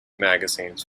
magazines